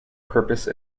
purpose